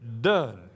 done